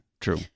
True